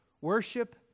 Worship